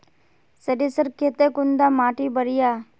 सरीसर केते कुंडा माटी बढ़िया?